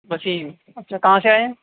وسیم اچھا کہاں سے آئے ہیں